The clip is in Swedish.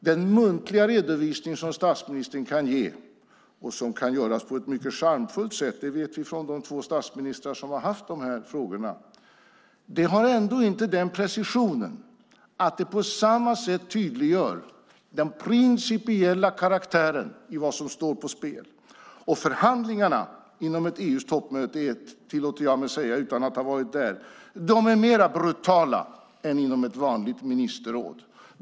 Den muntliga redovisning som statsministern kan ge - den kan göras på ett mycket charmfullt sätt; det vet vi från de två statsministrar som har haft dessa frågor - har ändå inte den precision att den på samma sätt tydliggör den principiella karaktären i vad som står på spel. Förhandlingarna inom ett EU-toppmöte är, tillåter jag mig att säga utan att ha varit där, är mer brutala än inom ett vanligt ministerråd.